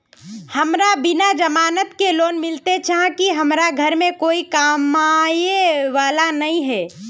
हमरा बिना जमानत के लोन मिलते चाँह की हमरा घर में कोई कमाबये वाला नय है?